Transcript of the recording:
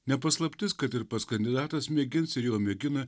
ne paslaptis kad ir pats kandidatas mėgins ir jau mėgina